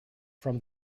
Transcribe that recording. from